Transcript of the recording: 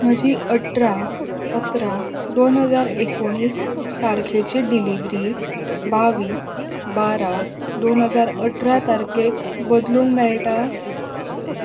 म्हजी अठरा अकरा दोन हजार एकोणीस तारखेची डिलिव्हरी बावीस बारा दोन हजार अठरा तारखेक बदलूंक मेळटा